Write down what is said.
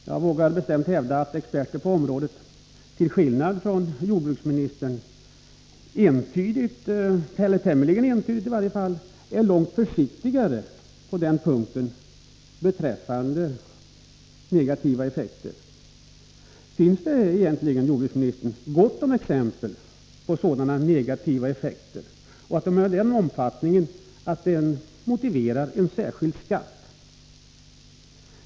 Jag vågar bestämt hävda att experter på området, till skillnad från jordbruksministern, tämligen entydigt är långt försiktigare på denna punkt. Finns det egentligen, jordbruksministern, gott om exempel på sådana negativa effekter, och de är av den omfattningen att de motiverar en särskild skatt?